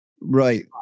Right